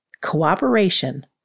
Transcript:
cooperation